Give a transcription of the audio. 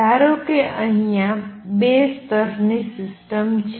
ધારો કે અહિયાં બે સ્તરની સિસ્ટમ છે